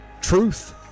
truth